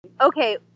okay